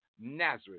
Nazareth